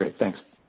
and thanks.